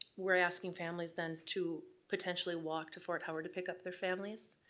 we're asking families then to potentially walk to fort howard to pick up their families.